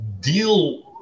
deal